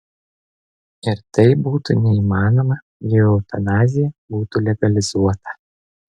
ir tai būtų neįmanoma jei eutanazija būtų legalizuota